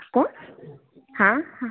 કોણ હા હા